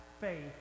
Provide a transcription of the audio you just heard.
faith